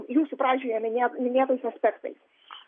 jūsų pradžioje minė minėtais aspektais